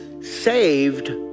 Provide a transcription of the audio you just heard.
saved